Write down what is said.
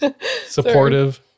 supportive